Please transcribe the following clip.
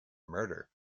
murder